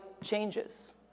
changes